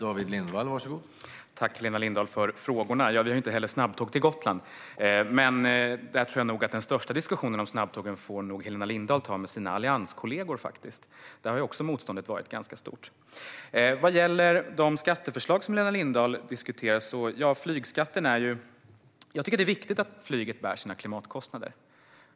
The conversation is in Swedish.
Herr talman! Tack, Helena Lindahl, för frågorna! Vi har inte heller snabbtåg till Gotland. Jag tror att Helena Lindahl nog faktiskt får ta den största diskussionen om snabbtågen med sina allianskollegor, för där har motståndet också varit ganska stort. Vad gäller de skatteförslag som Helena Lindahl diskuterar tycker jag att det är viktigt att flyget bär sina klimatkostnader.